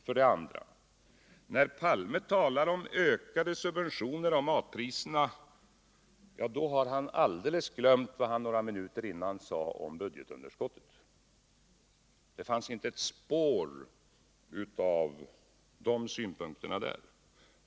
För det andra: När Olof Palme talar om ökade subventioner i samband med matpriserna, så har han alldeles glömt bort vad han några minuter tidigare sade om budgetunderskottet. Där fanns inte ett spår av dessa synpunkter.